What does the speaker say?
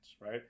Right